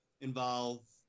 involve